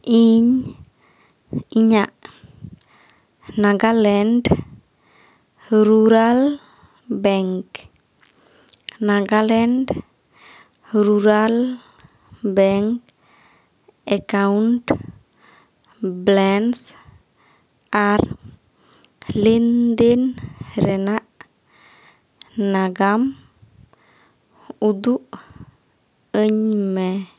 ᱤᱧ ᱤᱧᱟᱜ Nagaland rural bank Nagaland rural bank account balance ᱟᱨ ᱞᱮᱱᱫᱮᱱ ᱨᱮᱱᱟᱜ ᱱᱟᱜᱟᱢ ᱩᱫᱩᱜ ᱟᱹᱧ ᱢᱮ